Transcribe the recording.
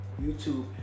YouTube